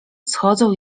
schodzą